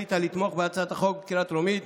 החליטה לתמוך בהצעת החוק בקריאה הטרומית,